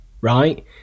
right